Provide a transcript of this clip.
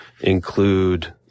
include